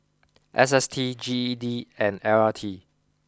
S S T G E D and L R T